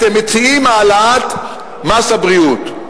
אתם מציעים העלאת מס הבריאות.